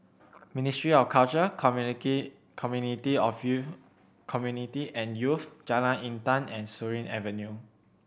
Ministry of Culture Community of Youth Community and Youth Jalan Intan and Surin Avenue